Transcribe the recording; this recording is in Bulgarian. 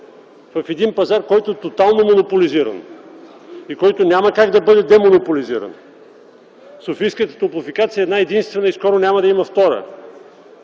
в един пазар, който тотално е монополизиран и няма как да бъде демонополизиран? Софийската топлофикация е една-единствена и скоро няма да има втора.